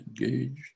engaged